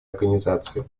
организации